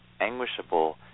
anguishable